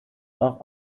auch